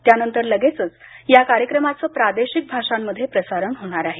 त्यानंतर लगेचच या कार्यक्रमाचं प्रादेशिक भाषांमध्ये प्रसारण होणार आहे